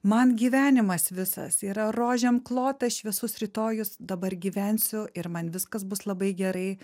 man gyvenimas visas yra rožėm klotas šviesus rytojus dabar gyvensiu ir man viskas bus labai gerai